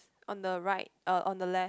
on the right uh on the left